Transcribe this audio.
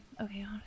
Okay